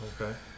okay